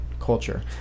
culture